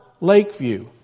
Lakeview